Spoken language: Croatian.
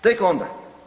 Tek onda.